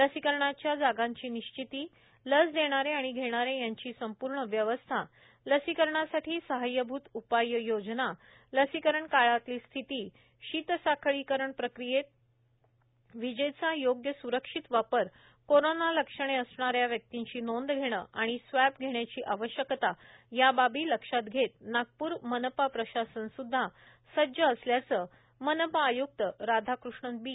लसीकरणाच्या जागांची निश्चिती लस देणारे आणि घेणारे यांची संपूर्ण व्यवस्था लसीकरणासाठी साहाय्यभूत उपाय योजना लसीकरण काळातील स्थिती शीतसाखळी करण प्रक्रियेत विजेचा योग्य सुरक्षित वापर कोरोना लक्षणे असणाऱ्या व्यक्तींची नोंद घेणे आणि स्वॅब घेण्याची आवश्यकता या बाबी लक्षात घेत नागप्र मनपा प्रशासन सुद्धा सज्ज असल्याचे मनपा आयुक्त राधाकृष्णन बी